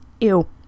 Ew